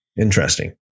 Interesting